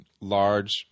large